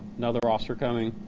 another officer coming.